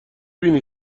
بینی